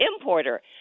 importer